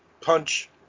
punch